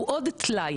הוא עוד טלאי